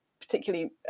particularly